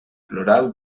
plural